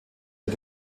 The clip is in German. mit